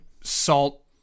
salt